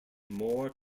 more